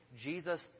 Jesus